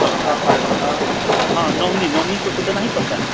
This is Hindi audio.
हाँ हाँ हाँ नॉमनी नॉमनी को तो देना ही पड़ता है